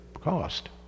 cost